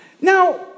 Now